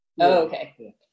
Okay